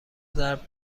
ضرب